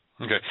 Okay